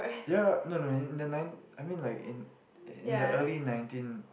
ya no no in the nine I mean like in in the early nineteen